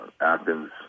Athens